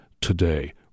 today